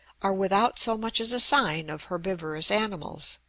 are without so much as a sign of herbivorous animals.